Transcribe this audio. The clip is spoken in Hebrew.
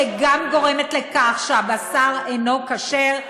שגם גורמת לכך שהבשר אינו כשר,